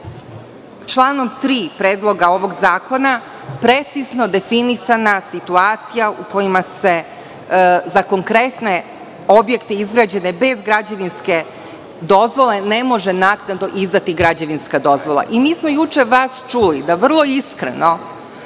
članom 3. Predloga ovog zakona precizno definisana situacija u kojima se za konkretne objekte izgrađene bez građevinske dozvole ne može naknadno izdati građevinska dozvola. Mi smo juče vas čuli da vrlo iskreno